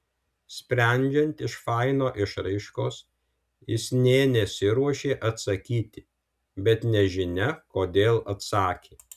sprendžiant iš faino išraiškos jis nė nesiruošė atsakyti bet nežinia kodėl atsakė